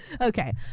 Okay